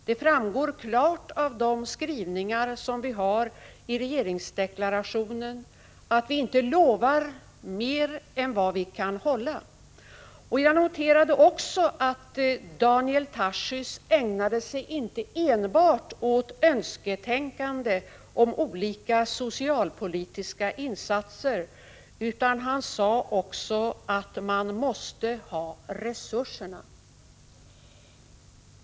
Det framgår klart av de skrivningar vi har i regeringsdeklarationen, att vi inte lovar mer än vi kan hålla. Jag noterade också att Daniel Tarschys inte enbart ägnade sig åt önsketänkande om olika socialpolitiska insatser utan att han också sade att vi måste ha resurserna.